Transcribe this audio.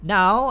Now